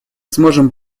сможем